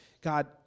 God